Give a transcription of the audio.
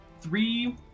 Three